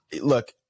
look